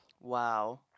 wow